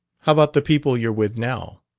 how about the people you're with now?